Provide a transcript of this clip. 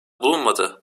bulunmadı